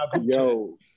Yo